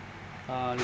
uh